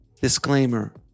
Disclaimer